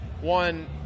one